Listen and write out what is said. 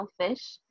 selfish